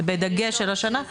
בדגש על השנה.